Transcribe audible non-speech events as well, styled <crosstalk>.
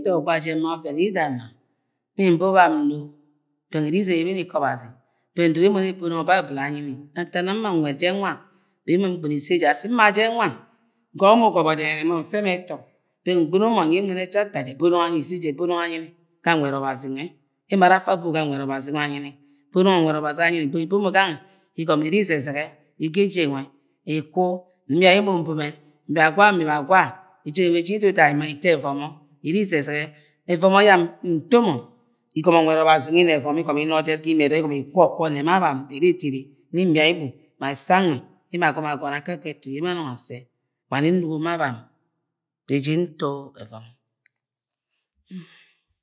Nto ogba de m-ma oven yida n-ma mi-nbo bam mno bẹng ini izeme ibim iko ạbazi bẹng ndoro emo ne bo nongho bibhe anyi ntak nam m-ma nued je nwa <unintelligible> asi m-ma jẹ nwa ngo̱bo mo ugobo denene moni mfemo eta beng ngɨ̃no nyi emo nyi emo n-ne chapter bonungo anyi ise de bonungo anyi ga nwed ọbazi nwe emo ane afa abo ga nwed obazi anyi, beng ibomo gang nwe igomo iri ize zege ege eje nwe ikwu imia emo mbome mibia gwa mbia gwa eje nwe isi iduda eto evone iri ize dege evomo yam nto mọ igomo nwẹd obazi nwe igo̱mọ ina evome igomo ina oded ga imie dong ijomọ ikwu o̱kwu onne ma bam iri diri ni-imia emo ma ese angwe̱ aro agomo̱ agomo akake etu ye ano anung ase wa ne̱ nugo ma bam ga eje nto e̱vomọ <hesitation>